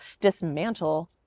dismantle